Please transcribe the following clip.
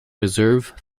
reserve